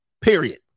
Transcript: period